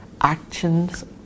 actions